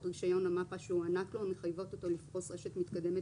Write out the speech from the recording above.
רישיון המפ"א שהוענק לו המחייבות אותו לפרוס רשת מתקדמת